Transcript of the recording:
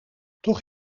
toch